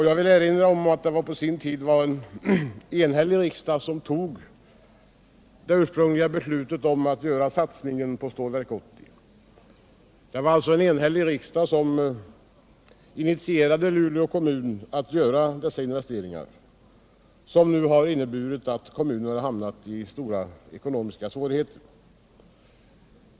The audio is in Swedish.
Jag vill erinra om att det på sin tid var en enhällig riksdag som fattade beslutet om att göra satsningen på Stålverk 80. Det var alltså en enhällig riksdag som fick Luleå kommun att göra de investeringar som nu har inneburit att kommunen hamnat i stora ekonomiska svårigheter.